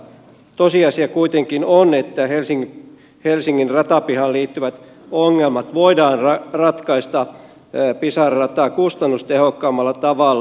tosiasia kuitenkin on että helsingin ratapihaan liittyvät ongelmat voidaan ratkaista pisara rataa kustannustehokkaammalla tavalla